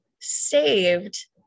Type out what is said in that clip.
Saved